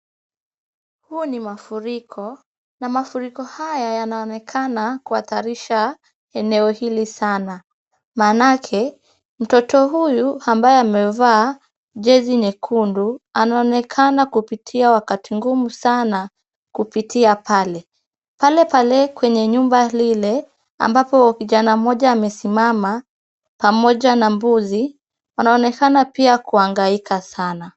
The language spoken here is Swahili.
Haya ni mafuriko, na mafuriko haya yanaonekana kuhatarisha eneo hili sana. Maanake mtoto huyu ambaye amevaa jezi nyekundu anaonekana kupitia wakati mgumu sana kupitia pale. Palepale kwenye nyumba ile, ambapo kijana mmoja amesimama pamoja na mbuzi, wanaonekana pia kuangaika sana.